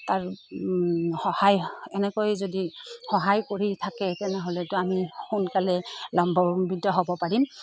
তাৰ সহায় এনেকৈ যদি সহায় কৰি থাকে তেনেহ'লেতো আমি সোনকালে লাভান্বিত হ'ব পাৰিম